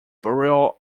bureau